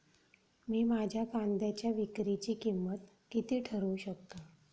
मी माझ्या कांद्यांच्या विक्रीची किंमत किती ठरवू शकतो?